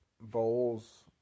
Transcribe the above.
Bowls